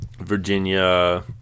Virginia